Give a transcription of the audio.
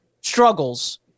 struggles